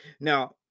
Now